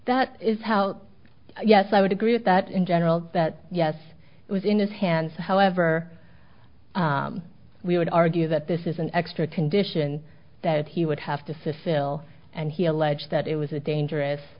that is hell yes i would agree with that in general that yes it was in his hands however we would argue that this is an extra condition that he would have to cecile and he alleged that it was a dangerous